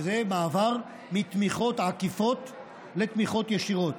וזה מעבר מתמיכות עקיפות לתמיכות ישירות.